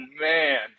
man